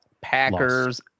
Packers